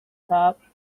top